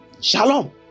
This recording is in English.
Shalom